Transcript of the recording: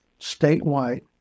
statewide